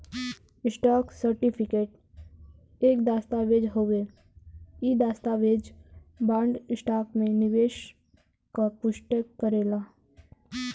stock certificate एक दस्तावेज़ हउवे इ दस्तावेज बॉन्ड, स्टॉक में निवेश क पुष्टि करेला